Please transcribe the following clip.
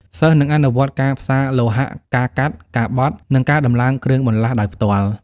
សិស្សនឹងអនុវត្តការផ្សារលោហៈ ការកាត់ ការបត់ និងការដំឡើងគ្រឿងបន្លាស់ ដោយផ្ទាល់។